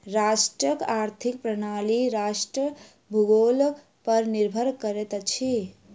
राष्ट्रक आर्थिक प्रणाली राष्ट्रक भूगोल पर निर्भर करैत अछि